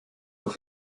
doch